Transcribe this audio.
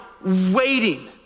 waiting